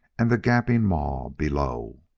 and the gaping maw below.